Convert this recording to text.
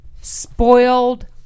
Spoiled